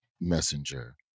Messenger